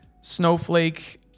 snowflake